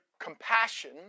compassion